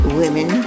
women